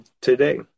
today